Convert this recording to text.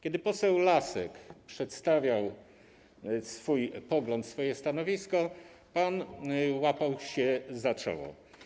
Kiedy poseł Lasek przedstawiał swój pogląd, swoje stanowisko, pan łapał się za czoło.